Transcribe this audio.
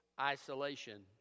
isolation